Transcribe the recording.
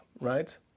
right